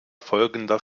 folgender